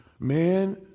Man